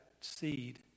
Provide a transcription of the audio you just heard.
seed